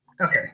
okay